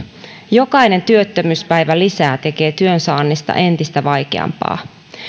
jokainen työttömyyspäivä lisää tekee työn saannista entistä vaikeampaa